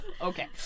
Okay